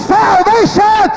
salvation